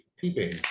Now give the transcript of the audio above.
peeping